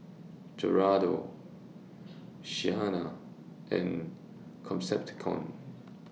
Gerardo Shanna and Concepcion